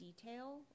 detail